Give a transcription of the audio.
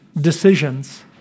decisions